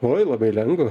oi labai lengv